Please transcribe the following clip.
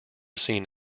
seen